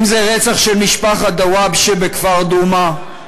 אם זה רצח של משפחת דוואבשה בכפר דומא,